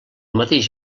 mateix